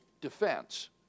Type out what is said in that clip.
Defense